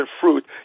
fruit